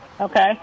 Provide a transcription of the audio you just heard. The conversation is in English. Okay